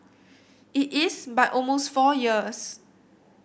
it is by almost four years